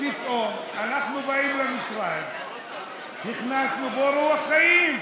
פתאום אנחנו באים למשרד, הכנסנו בו רוח חיים.